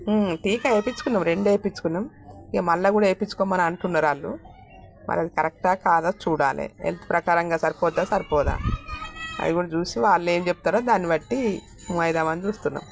టీకా వేయించుకున్నాం రెండు వేయించుకున్నాం ఇంకా మళ్ళీ కూడా వేయించుకోమని అంటున్నారు వాళ్ళు మరి అది కరెక్టా కాదా చూడాలి హెల్త్ ప్రకారంగా సరిపోతుందా సరిపోదా అది కూడ చూసి వాళ్ళేం చెప్తారో దాన్నిబట్టి అవుదామని చూస్తున్నాం